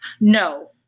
No